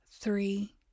three